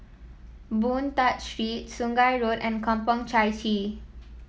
Boon Tat Street Sungei Road and Kampong Chai Chee